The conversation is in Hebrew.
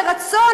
מרצון,